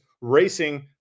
Racing